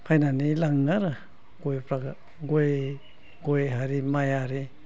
फैनानै लाङो आरो गय आरि माइ आरि